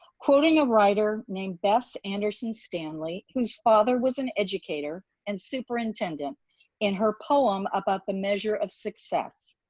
quoting a writer named bess anderson stanley whose father was an educator and superintendent in her poem about the measure of success,